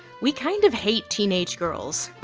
we kind of hate teenage girls.